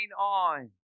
on